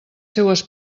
seues